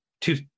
two